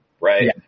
Right